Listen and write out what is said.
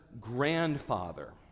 grandfather